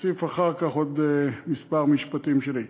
אוסיף אחר כך עוד כמה משפטים שלי.